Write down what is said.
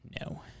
No